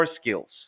skills